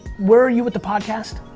where are you with the podcast?